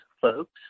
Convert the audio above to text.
folks